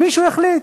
מישהו החליט